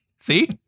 See